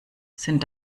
sind